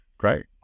Great